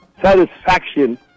satisfaction